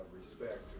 respect